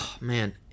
man